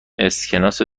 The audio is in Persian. اسکناس